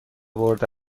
برده